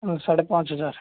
ساڑھے پانچ ہزار